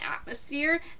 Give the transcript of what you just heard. atmosphere